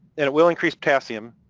and it will increase calcium,